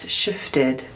shifted